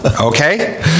Okay